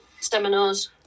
seminars